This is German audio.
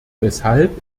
weshalb